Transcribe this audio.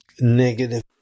negative